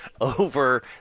over